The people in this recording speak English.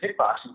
kickboxing